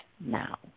now